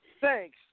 thanks